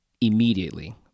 immediately